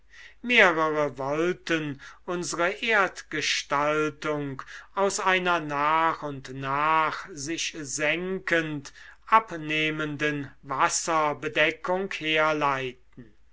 mehrere wollten unsere erdgestaltung aus einer nach und nach sich senkend abnehmenden wasserbedeckung herleiten